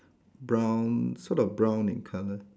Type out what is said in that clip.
brown sort of brown in color